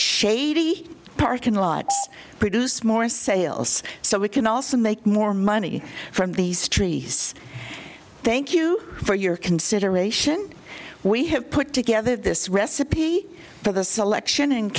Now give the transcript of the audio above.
shady parking lot produce more sales so we can also make more money from these trees thank you for your consideration we have put together this recipe for the selection and